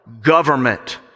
government